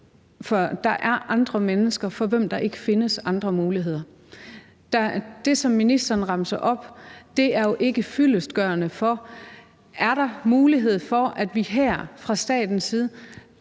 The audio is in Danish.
– der er mennesker, for hvem der ikke findes andre muligheder. Det, som ministeren remser op, er jo ikke fyldestgørende, i forhold til om der er mulighed for, at vi her fra statens side